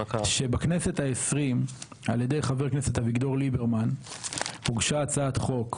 שבכנסת ה- 20 על ידי חבר הכנסת אביגדור ליברמן הוגשה הצעת חוק,